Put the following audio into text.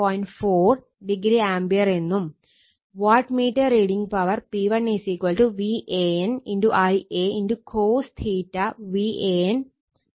4o ampere എന്നും watt meter reading power P1 VAN Ia cos